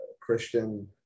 christian